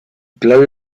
clave